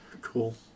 Cool